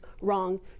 wrong